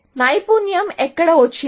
నైపుణ్యం ఎక్కడ వచ్చింది